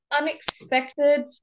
Unexpected